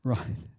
Right